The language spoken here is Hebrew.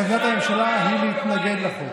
אז עמדת הממשלה היא להתנגד לחוק.